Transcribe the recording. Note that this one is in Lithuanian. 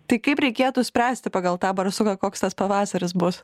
tai kaip reikėtų spręsti pagal tą barsuką koks tas pavasaris bus